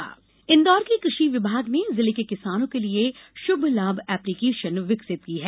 किसान ऐप इंदौर के कृषि विभाग ने जिले के किसानों के लिए शुभ लाभ एप्लिकेशन विकसित की है